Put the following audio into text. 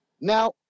Now